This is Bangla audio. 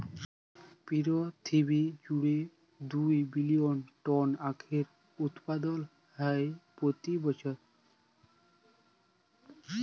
পিরথিবী জুইড়ে দু বিলিয়ল টল আঁখ উৎপাদল হ্যয় প্রতি বসর